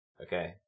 Okay